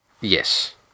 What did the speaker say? yes